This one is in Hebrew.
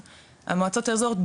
המועצות האזוריות,